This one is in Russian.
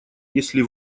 если